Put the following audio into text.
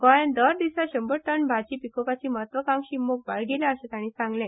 गोयांत दर दिसा शंभर टन भाजी पिकोवपाची महत्वाकांक्षी मोख बाळगिल्या अशे ताणी सांगले